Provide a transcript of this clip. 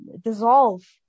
dissolve